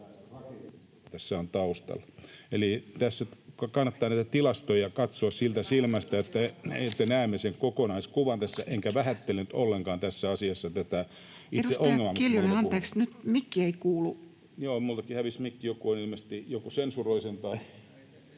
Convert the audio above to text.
...tässä on taustalla. Eli tässä kannattaa näitä tilastoja katsoa sillä silmällä, että näemme sen kokonaiskuvan tässä, enkä vähättele nyt ollenkaan tässä asiassa tätä itse ongelmaa... Joo, minultakin hävisi mikki. Joku ilmeisesti joko sensuroi sen tai...